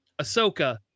Ahsoka